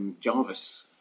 Jarvis